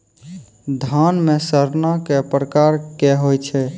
धान म सड़ना कै प्रकार के होय छै?